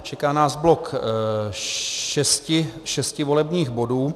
Čeká nás blok šesti volebních bodů.